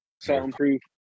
Soundproof